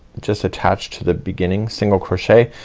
just attach to the beginning single crochet.